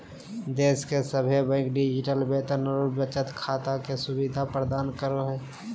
देश के सभे बैंक डिजिटल वेतन और बचत खाता के सुविधा प्रदान करो हय